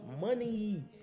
money